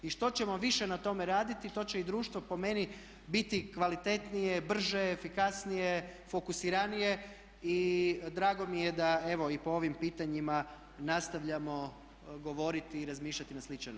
I što ćemo više na tome raditi to će i društvo po meni biti kvalitetnije, brže, efikasnije, fokusiranije i drago mi je da evo i po ovim pitanjima nastavljamo govoriti i razmišljati na sličan način.